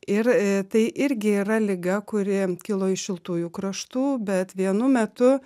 ir tai irgi yra liga kuri kilo iš šiltųjų kraštų bet vienu metu